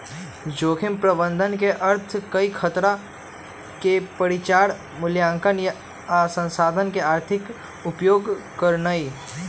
जोखिम प्रबंधन के अर्थ हई खतरा के पहिचान, मुलायंकन आ संसाधन के आर्थिक उपयोग करनाइ